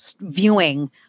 viewing